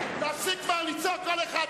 להפסיק לצעוק, כל אחד פה.